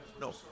No